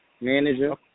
manager